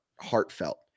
heartfelt